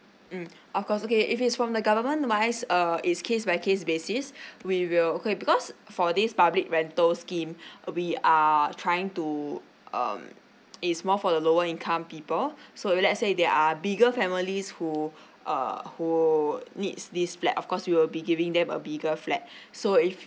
mm of course okay if it's from the government wise uh it's case by case basis we will okay because for this public rental scheme uh we are trying to um it's more for the lower income people so if let's say they are bigger families who uh who needs this flat of course we will be giving them a bigger flat so if